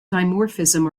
dimorphism